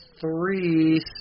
three